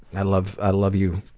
i love ah love you,